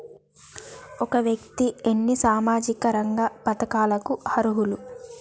ఒక వ్యక్తి ఎన్ని సామాజిక రంగ పథకాలకు అర్హులు?